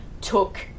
took